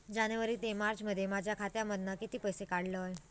जानेवारी ते मार्चमध्ये माझ्या खात्यामधना किती पैसे काढलय?